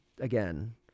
again